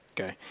Okay